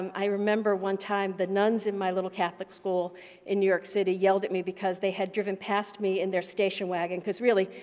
i remember one time the nuns in my little catholic school in new york city yelled at me because they had driven past me in their station wagon because really,